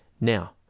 now